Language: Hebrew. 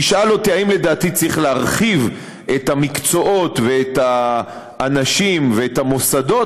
תשאל אותי אם לדעתי צריך להרחיב את המקצועות ואת האנשים ואת המוסדות,